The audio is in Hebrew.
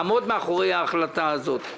לעמוד מאחורי ההחלטה הזאת.